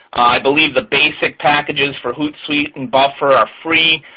i believe the basic packages for hootsuite and buffer are free.